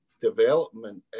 development